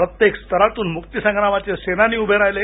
प्रत्येक स्तरातून मुक्तिसंग्रामाचे सेनानी उभे राहिले